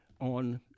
on